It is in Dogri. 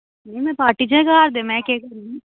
नेईं में पार्टी च